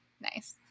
Nice